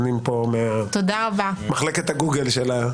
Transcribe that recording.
עונים פה ממחלקת הגוגל.